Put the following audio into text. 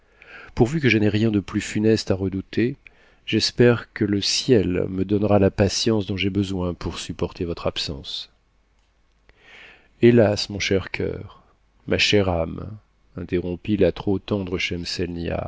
pourvu que je n'aie rien de plus funeste à redouter j'espère que le ciel me donnera la patience dont j'ai besoin pour supporter votre absence hélas mon cher cœur ma chère âme interrompit la trop tendre